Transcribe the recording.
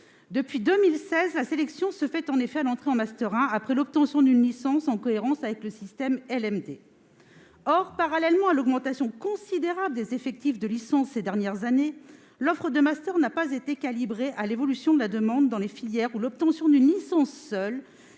Depuis 2016, la sélection se fait en effet à l'entrée en master 1, après l'obtention d'une licence, en cohérence avec le système LMD. Or, parallèlement à l'augmentation considérable des effectifs de licence ces dernières années, l'offre de masters n'a pas été calibrée sur l'évolution de la demande dans les filières où l'obtention d'une licence seule